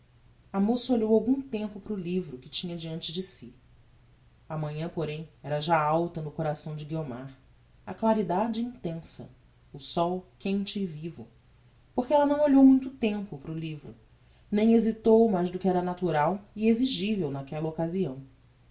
a moça olhou algum tempo para o livro que tinha diante de si a manhã porem era já alta no coração de guiomar a claridade intensa o sol quente e vivo por que ella não olhou muito tempo para o livro nem hesitou mais do que era natural e exigivel naquella occasião